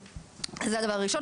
זה הדבר הראשון.